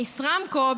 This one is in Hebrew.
בישראמקו,